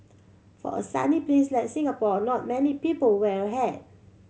for a sunny place like Singapore a lot many people wear a hat